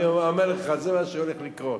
אני אומר לך, זה מה שהולך לקרות.